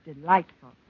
delightful